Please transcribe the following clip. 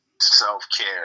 self-care